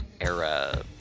era